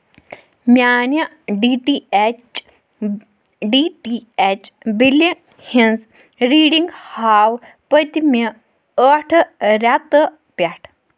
میانہِ D T H D T H بِلہِ ہٕنٛز ریڈنگ ہاو پٔتمہِ ٲٹھٕ رٮ۪تہٕ پٮ۪ٹھ